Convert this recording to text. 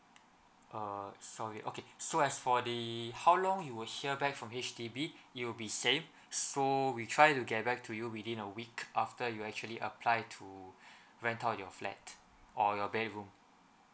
uh sorry okay so as for the how long you would hear back from H_D_B it will be same so we try to get back to you within a week after you actually apply to rent out your flat or your bedroom